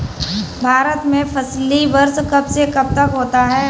भारत में फसली वर्ष कब से कब तक होता है?